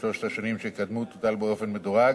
בשלוש השנים שקדמו תוטל באופן מדורג,